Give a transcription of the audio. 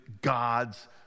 god's